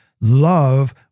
love